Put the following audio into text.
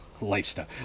lifestyle